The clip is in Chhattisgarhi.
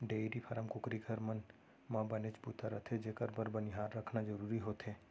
डेयरी फारम, कुकरी घर, मन म बनेच बूता रथे जेकर बर बनिहार रखना जरूरी होथे